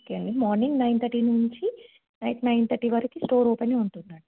okay ఆండీ morning nine thirty నుంచి night nine thirty వరకు స్టోర్ ఓపెనే ఉంటుందండి